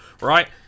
right